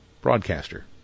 broadcaster